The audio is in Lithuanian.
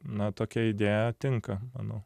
na tokia idėja tinka manau